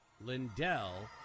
Lindell